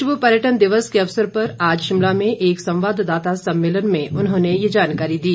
विश्व पर्यटन दिवस के अवसर पर आज शिमला में एक संवाददाता सम्मेलन में उन्होंने ये जानकारी दी